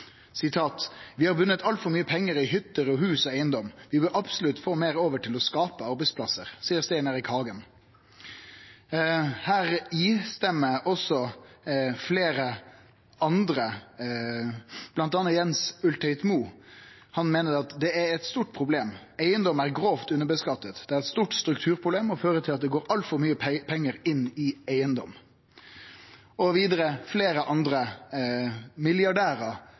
har bundet altfor mye penger i hytter og hus og eiendom. Vi bør absolutt få mer over til å skape arbeidsplasser,» seier Stein Erik Hagen. Også fleire andre samtykte i det, bl.a. Jens Ulltveit-Moe. Han meiner at dette er eit stort problem, og seier: «Eiendom er grovt underbeskattet. Det er et stort strukturproblem og fører til at det går altfor mye penger inn i eiendom.» Vidare er det fleire andre milliardærar